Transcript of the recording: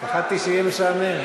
פחדתי שיהיה משעמם.